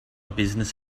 business